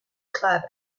club